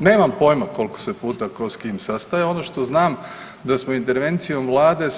Nemam pojima koliko se puta tko s kim sastajao ono što znam da smo intervencijom vlade